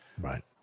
Right